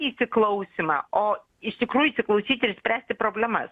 įsiklausymą o iš tikrųjų įsiklausyti ir spręsti problemas